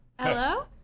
Hello